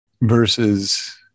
versus